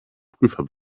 prüfer